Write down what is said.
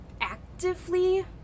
actively